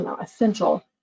essential